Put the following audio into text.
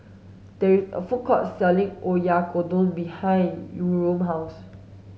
there is a food court selling Oyakodon behind Yurem's house